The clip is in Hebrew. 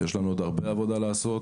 יש לנו עוד הרבה עבודה לעשות.